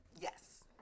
Yes